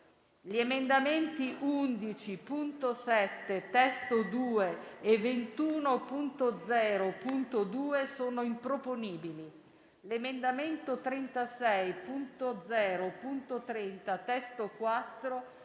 Gli emendamenti 11.7 (testo 2) e 21.0.2 sono improponibili.